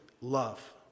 love